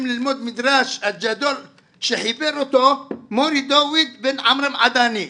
ללמוד מדרש הגדול שחיבר אותו מורי דוד בן עמרם עדני.